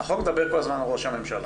החוק מדבר כל הזמן על ראש הממשלה,